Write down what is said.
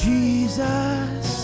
Jesus